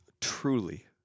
truly